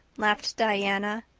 laughed diana.